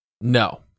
no